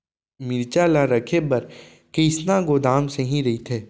मिरचा ला रखे बर कईसना गोदाम सही रइथे?